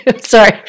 sorry